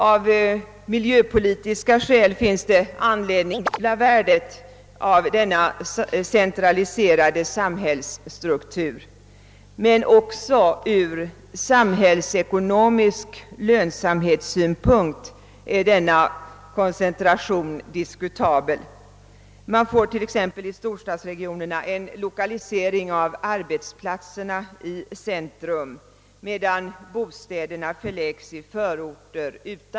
Av miljöpolitiska skäl finns det anledning att betvivla värdet av denna centraliserade samhällsstruktur, men också ur samhällsekonomisk lönsamhetssynpunkt är denna koncentration diskutabel. Man får t.ex. i storstadsregionerna en l1okalisering av arbetsplatserna till centrum, medan bostäderna förläggs till förorter.